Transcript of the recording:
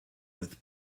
with